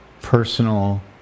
personal